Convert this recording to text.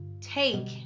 take